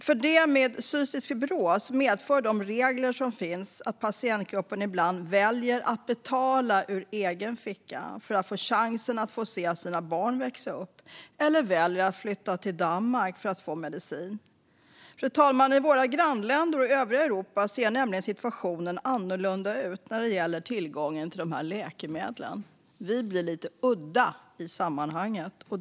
För dem med cystisk fibros medför de regler som finns att patientgruppen ibland väljer att betala ur egen ficka eller att flytta till Danmark för att få medicin och få chansen att se sina barn växa upp. I våra grannländer och övriga Europa ser situationen nämligen annorlunda ut när det gäller tillgången till dessa läkemedel, fru talman. Vi blir lite udda i sammanhanget.